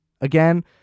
again